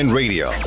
radio